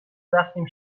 رفتیم